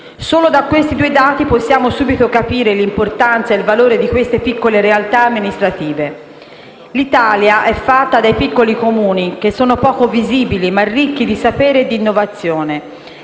Solo da questi due dati possiamo subito capire l'importanza e il valore di queste piccole realtà amministrative. L'Italia è fatta da piccoli Comuni poco visibili, ma ricchi di saperi e innovazione,